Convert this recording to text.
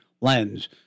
lens